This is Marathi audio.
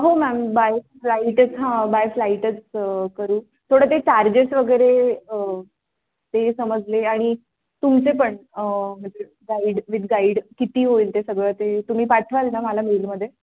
हो मॅम बाय फ्लाईटच हां बाय फ्लाईटच करू थोडं ते चार्जेस वगैरे ते समजले आणि तुमचे पण म्हणजे गाईड विद गाईड किती होईल ते सगळं ते तुम्ही पाठवाल ना मला मेलमध्ये